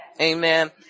Amen